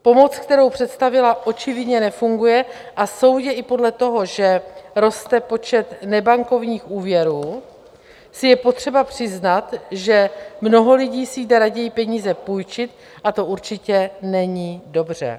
Pomoc, kterou představila, očividně nefunguje a soudě i podle toho, že roste počet nebankovních úvěrů, si je potřeba přiznat, že mnoho lidí si jde raději peníze půjčit, a to určitě není dobře.